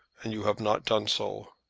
and you have not done so.